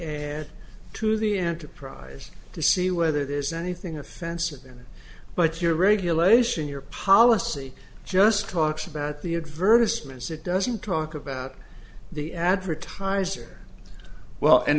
and to the enterprise to see whether there's anything offensive in it but your regulation your policy just talks about the advertisement cit doesn't talk about the advertiser well in